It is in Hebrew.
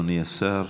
אדוני השר.